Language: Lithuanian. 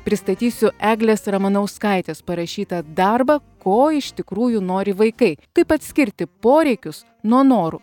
pristatysiu eglės ramanauskaitės parašytą darbą ko iš tikrųjų nori vaikai kaip atskirti poreikius nuo norų